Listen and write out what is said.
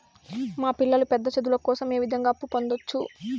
మా పిల్లలు పెద్ద చదువులు కోసం ఏ విధంగా అప్పు పొందొచ్చు?